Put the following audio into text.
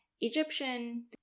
Egyptian